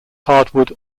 hardwood